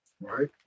right